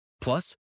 Plus